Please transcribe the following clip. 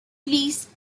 least